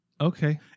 Okay